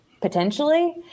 potentially